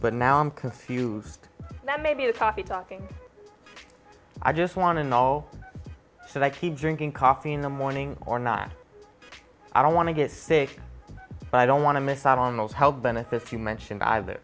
but now i'm confused that may be the coffee talking i just want to know so that he drinking coffee in the morning or not i don't want to get sick but i don't want to miss out on those health benefits you mention